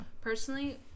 Personally